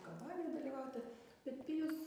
kampanijoj dalyvauti bet pijus